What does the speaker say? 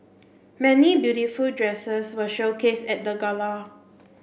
many beautiful dresses were showcased at the gala